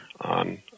on